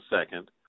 second